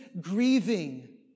grieving